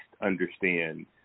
understand